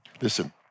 Listen